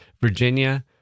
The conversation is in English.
Virginia